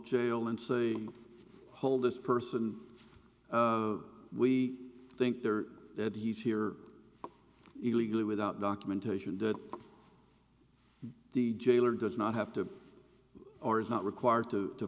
jail and say hold this person we think they're that he's here illegally without documentation that the jailer does not have to or is not required to